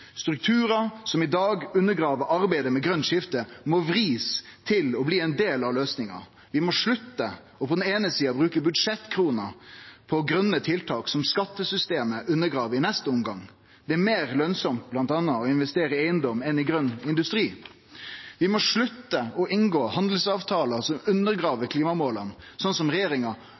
Strukturar som i dag undergrev arbeidet med eit grønt skifte, må vriast til å bli ein del av løysinga. Vi må slutte på den eine sida å bruke budsjettkroner på grøne tiltak som skattesystemet undergrev i neste omgang. Det er bl.a. meir lønsamt å investere i eigedom enn i grøn industri. Vi må slutte å inngå handelsavtalar som undergrev klimamåla, som regjeringa